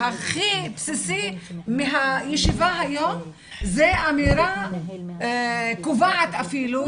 והכי בסיסי מהישיבה היום זה אמירה קובעת אפילו,